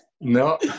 No